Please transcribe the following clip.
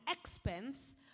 expense